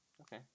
Okay